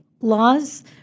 laws